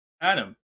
adam